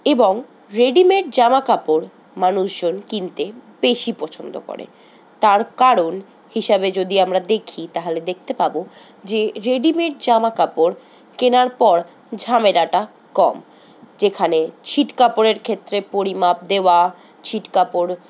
এবং রেডিমেড জামাকাপড় মানুষজন কিনতে বেশি পছন্দ করে তার কারণ হিসাবে যদি আমরা দেখি তাহালে দেখতে পাবো যে রেডিমেড জামাকাপড় কেনার পর ঝামেলাটা কম যেখানে ছিট কাপড়ের ক্ষেত্রে পরিমাপ দেওয়া ছিট কাপড়